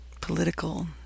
political